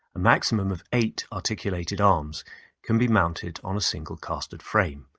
a maximum of eight articulated arms can be mounted on a single castered frame,